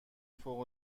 فوق